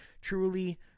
truly